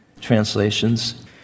translations